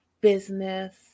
business